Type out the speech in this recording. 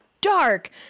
dark